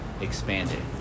expanding